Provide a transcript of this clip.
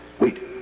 Wait